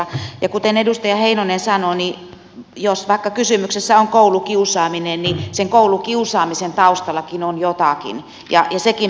ja kuten edustaja heinonen sanoi niin jos vaikka kysymyksessä on koulukiusaaminen niin sen koulukiusaamisen taustallakin on jotakin ja sekin pitäisi selvittää